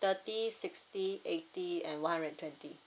thirty sixty eighty and one hundred twenty